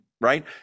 right